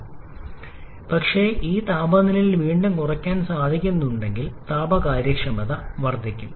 ഇല്ല പക്ഷേ ഈ താപനിലയിൽ വീണ്ടും കുറയ്ക്കാൻ സാധിക്കുകയാണെങ്കിൽ താപ കാര്യക്ഷമത വർദ്ധിക്കും